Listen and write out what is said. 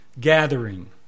gathering